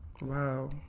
Wow